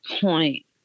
point